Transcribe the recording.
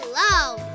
love